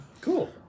Cool